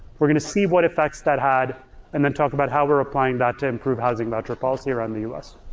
we're gonna see what effects that had and then talk about how we're applying that to improve housing voucher policy around the us.